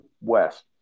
west